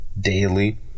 daily